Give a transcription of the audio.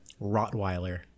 Rottweiler